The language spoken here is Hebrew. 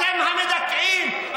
אתם המדכאים,